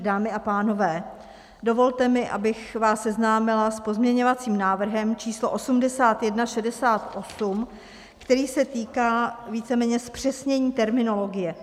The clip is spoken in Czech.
Dámy a pánové, dovolte mi, abych vás seznámila s pozměňovacím návrhem číslo 8168, který se týká víceméně zpřesnění terminologie.